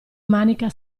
manica